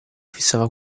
fissava